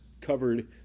covered